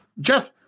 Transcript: Jeff